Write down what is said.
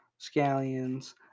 scallions